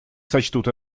сочтут